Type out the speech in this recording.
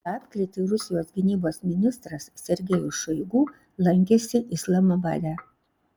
lapkritį rusijos gynybos ministras sergejus šoigu lankėsi islamabade